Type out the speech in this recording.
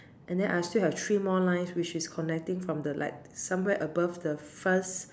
and then I still have three more lines which is connecting from the like somewhere above the first